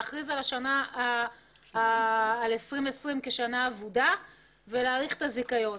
להכריז על שנת 2020 כשנה אבודה ולהאריך את הזיכיון.